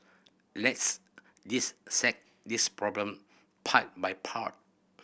let's this problem part by part